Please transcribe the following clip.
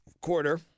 quarter